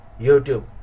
YouTube